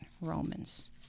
Romans